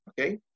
okay